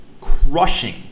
crushing